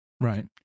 Right